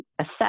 assess